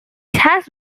has